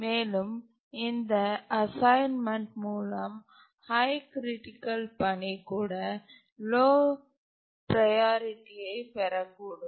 மேலும் இந்த அசைன்மென்ட் மூலம் ஹய் கிரிட்டிக்கல் பணி கூட லோ ப்ரையாரிட்டியை பெறக்கூடும்